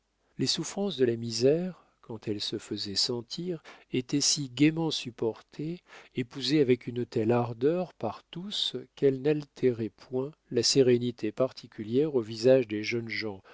les souffrances de la misère quand elles se faisaient sentir étaient si gaiement supportées épousées avec une telle ardeur par tous qu'elles n'altéraient point la sérénité particulière aux visages des jeunes gens